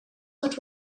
what